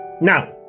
Now